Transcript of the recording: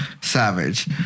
Savage